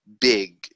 big